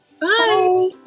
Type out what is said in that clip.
Bye